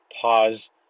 pause